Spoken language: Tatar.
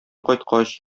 кайткач